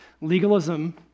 Legalism